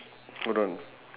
hold on